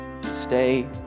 stay